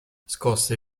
scosse